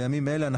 בימים אלה,